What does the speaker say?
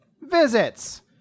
Visits